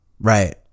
right